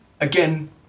again